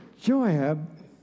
Joab